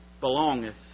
belongeth